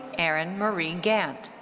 erin marie gant.